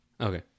Okay